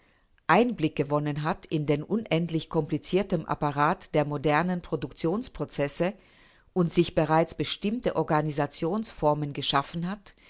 einblick gewonnen hat in den unendlich komplizierten apparat der modernen produktionsprozesse und sich bereits bestimmte organisationsformen geschaffen hat